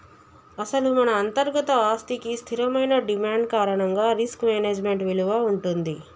అసలు మన అంతర్గత ఆస్తికి స్థిరమైన డిమాండ్ కారణంగా రిస్క్ మేనేజ్మెంట్ విలువ ఉంటుంది